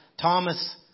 Thomas